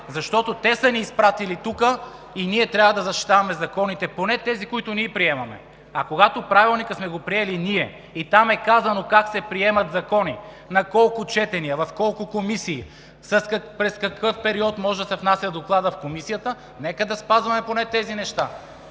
защото те са ни изпратили тук и ние трябва да защитаваме законите, поне тези, които ние приемаме. А когато Правилникът сме го приели ние и там е казано как се приемат закони, на колко четения, в колко комисии, през какъв период може да се внася Докладът в комисията, нека да спазваме поне тези неща.